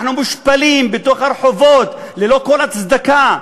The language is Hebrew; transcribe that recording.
אנחנו מושפלים ברחובות ללא כל הצדקה.